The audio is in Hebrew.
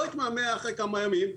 לא התמהמה ובא אחרי כמה ימים,